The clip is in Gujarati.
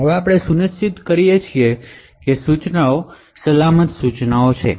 હવે આપણે સુનિશ્ચિત કરીએ છીએ કે ઇન્સટ્રકશનશ સલામત ઇન્સટ્રકશનશ છે